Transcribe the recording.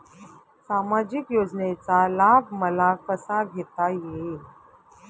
सामाजिक योजनेचा लाभ मला कसा घेता येईल?